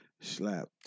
slap